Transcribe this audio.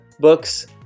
books